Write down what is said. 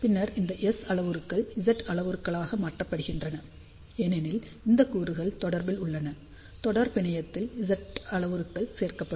பின்னர் இந்த S அளவுருக்கள் Z அளவுருக்களாக மாற்றப்படுகின்றன ஏனெனில் இந்த கூறுகள் தொடரில் உள்ளன தொடர் பிணையத்தில் Z அளவுருக்கள் சேர்க்கப்படும்